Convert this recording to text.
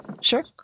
Sure